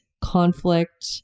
conflict